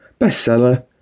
bestseller